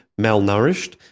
malnourished